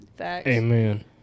Amen